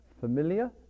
familiar